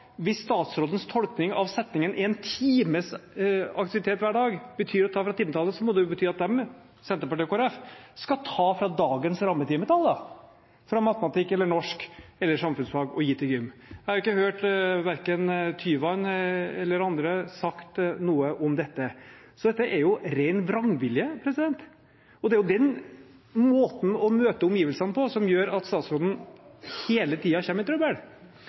Hvis statsrådens tolkning av ordene «én times fysisk aktivitet hver dag» betyr å ta fra timetallet, må jo det bety at Senterpartiet og Kristelig Folkeparti da skal ta fra dagens rammetimetall – fra matematikk, norsk eller samfunnsfag – og gi til gym. Jeg har ikke hørt verken Tyvand eller andre si noe om dette. Så dette er ren vrangvilje. Og det er den måten å møte omgivelsene på som gjør at statsråden hele tiden kommer i trøbbel.